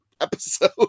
episode